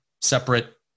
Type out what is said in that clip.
separate